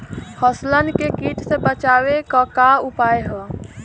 फसलन के कीट से बचावे क का उपाय है?